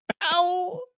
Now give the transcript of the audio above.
Ow